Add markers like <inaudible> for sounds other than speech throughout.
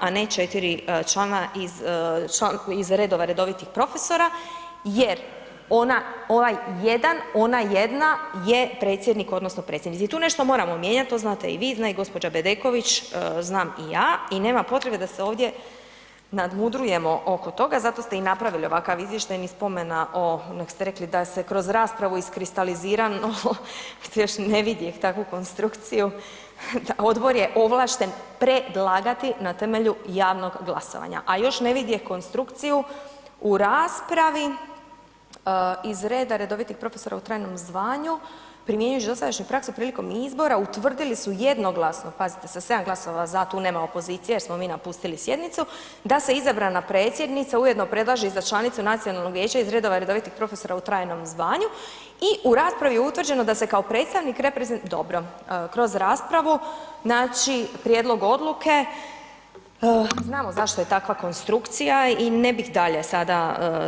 a ne 4 člana iz redova redovitih profesora jer ovaj jedan, ona jedna je predsjednik odnosno predsjednica i tu nešto mijenjati, to znate i vi, zna i gđa. Bedeković, znam i ja i nema potrebe da se ovdje nadmudrujemo oko toga i zato ste i napravili ovakav izvještaj, ni spomena o nego ste rekli da se kroz raspravu iskristalizira malo, još ne vidjeh takvu konstrukciju, odbor je ovlašten predlagati na temelju javnog glasovanja a još ne vidjeh konstrukciju u raspravi iz reda redovitih profesora u trajnom zvanju, primjenjujući dosadašnju praksu prilikom izbora utvrdili su jednoglasno pazite, sa 7 glasova za, tu nema opozicije jer smo mi napustili sjednicu, da se izabrana predsjednica ujedno predloži i za članicu nacionalnog vijeća iz redova redovitih profesora u trajnom zvanju i u raspravi je utvrđeno da se kao predstavnik ... <unintelligible> dobro, kroz raspravu znači prijedlog odluke, znamo zašto je takva konstrukcija i ne bih dalje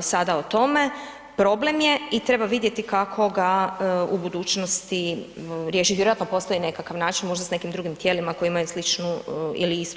sada o tome, problem je i treba vidjeti kako ga u budućnosti riješiti, vjerojatno postoji nekakav način, možda s nekim drugim tijelima koja imaju sličnu ili istu analogiju.